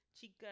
Chica